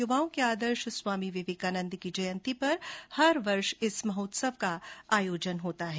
युवाओं के आदर्श स्वामी विवेकानंद की जयंती पर हर वर्ष इस महोत्सव का आयोजन होता है